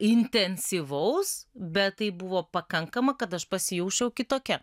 intensyvaus bet tai buvo pakankama kad aš pasijausčiau kitokia